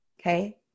Okay